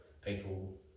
people